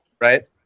Right